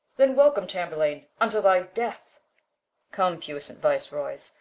then welcome, tamburlaine, unto thy death come, puissant viceroys,